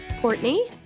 Courtney